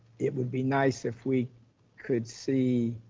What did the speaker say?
it would be nice if we could see